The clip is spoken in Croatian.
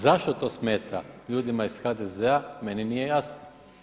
Zašto to smeta ljudima iz HDZ-a meni nije jasno?